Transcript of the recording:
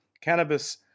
cannabis